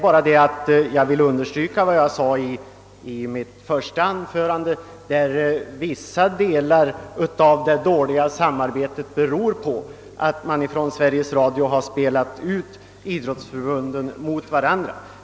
Jag vill bara understryka vad jag sade i mitt första anförande om att det dåliga samarbetet till viss del beror på att Sveriges Radio spelar ut idrottsförbunden mot varandra.